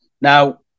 Now